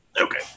Okay